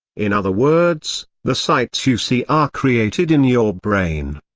in other words, the sights you see are created in your brain.